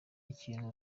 ikintu